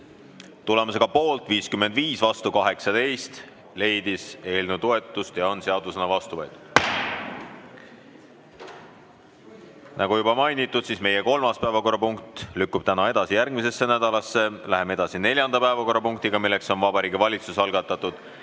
Tulemusega poolt 55 ja vastu 18 leidis eelnõu toetust ja on seadusena vastu võetud. Nagu juba mainitud, lükkub meie kolmas päevakorrapunkt edasi järgmisesse nädalasse. Läheme edasi neljanda päevakorrapunktiga, milleks on Vabariigi Valitsuse algatatud